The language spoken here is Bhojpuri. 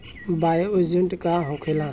बायो एजेंट का होखेला?